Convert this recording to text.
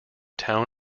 town